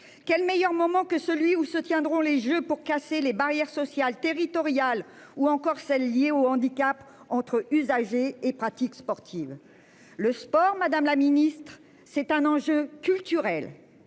Quel meilleur moment que celui où se tiendront les Jeux pour casser les barrières sociales territoriales ou encore celles liées au handicap entre usagers et pratique sportive le sport Madame la Ministre c'est un enjeu culturel